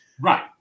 Right